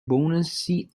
buoyancy